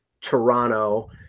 Toronto –